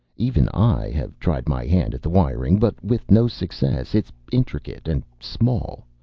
even i have tried my hand at the wiring, but with no success. it's intricate and small.